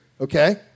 Okay